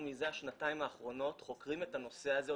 חוקרים בשנתיים האחרונות את הנושא הזה,